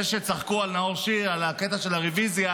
זה שצחקו על נאור שירי על הקטע של הרוויזיה,